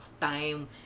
time